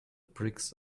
bricks